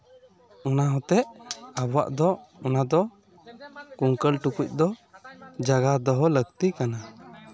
ᱚᱱᱟ ᱦᱚᱛᱮᱜ ᱟᱵᱚᱣᱟᱜ ᱫᱚ ᱚᱱᱟ ᱫᱚ ᱠᱩᱝᱠᱟᱹᱞ ᱴᱩᱠᱩᱡ ᱫᱚ ᱡᱟᱜᱟᱣ ᱫᱚᱦᱚ ᱞᱟᱹᱠᱛᱤ ᱠᱟᱱᱟ